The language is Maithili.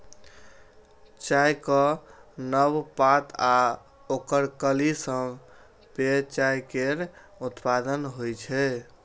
चायक नव पात आ ओकर कली सं पेय चाय केर उत्पादन होइ छै